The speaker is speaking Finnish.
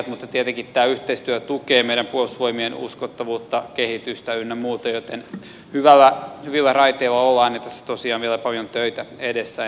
mutta tietenkin tämä yhteistyö tukee meidän puolustusvoimien uskottavuutta kehitystä ynnä muuta joten hyvillä raiteilla ollaan ja tässä tosiaan on vielä paljon töitä edessä ennen kuin tämä on maalissa